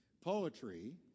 poetry